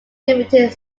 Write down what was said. limited